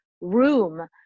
room